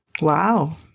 Wow